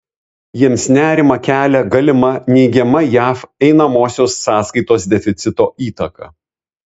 jiems nerimą kelia galima neigiama jav einamosios sąskaitos deficito įtaka